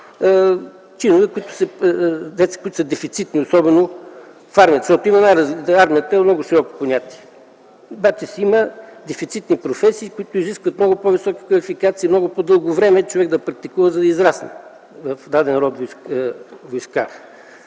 чинове, които са дефицитни, особено в армията. Армията е много широко понятие. Тя си има дефицитни професии, които изискват много по-висока квалификация и много по-дълго време човек да практикува, за да израсне в даден род войска.